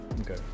Okay